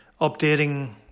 updating